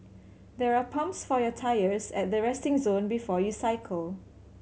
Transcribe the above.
there are pumps for your tyres at the resting zone before you cycle